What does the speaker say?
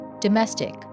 domestic